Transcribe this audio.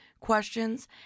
questions